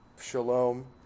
shalom